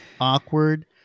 awkward